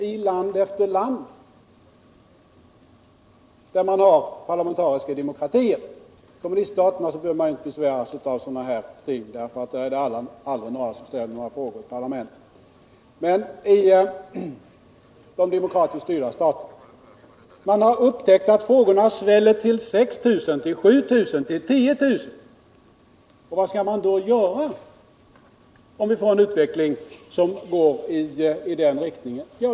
I land efter land där man har parlamentarisk demokrati — i kommuniststaterna behöver man ju inte besväras av sådana här ting; där är det aldrig någon som ställer några frågor i parlamenten — har man upptäckt att antalet frågor sväller till 6 000, till 7 000, till 10 000. Vad skall vi göra om utvecklingen också hos oss går i den riktningen?